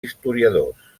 historiadors